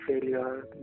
failure